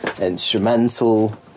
instrumental